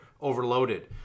overloaded